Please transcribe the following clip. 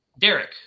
Derek